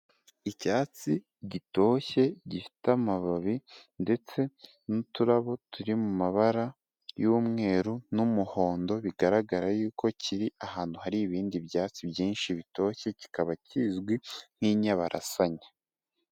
Icyatsi gitoshye gifite amababi ndetse n'uturabo turi mu mabara y'umweru n'umuhondo bigaragara yuko kiri ahantu hari ibindi byatsi byinshi bitoshye, kikaba kizwi nk'inyabarasanya.